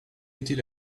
était